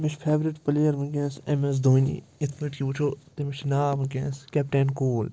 مےٚ چھُ favourite player وٕنکٮ۪نس اٮ۪م اٮ۪س دونی یِتھ پٲٹھۍ یہِ وٕچھو تٔمِس چھُ ناو وٕنکٮ۪نس کٮ۪پٹین کول